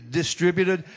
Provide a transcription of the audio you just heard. distributed